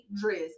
dress